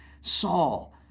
Saul